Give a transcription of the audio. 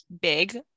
big